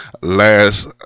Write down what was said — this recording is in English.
last